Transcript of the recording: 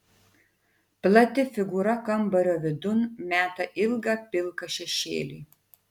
plati figūra kambario vidun meta ilgą pilką šešėlį